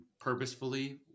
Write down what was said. purposefully